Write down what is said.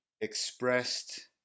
expressed